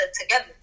together